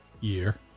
year